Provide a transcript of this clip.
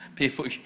People